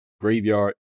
graveyard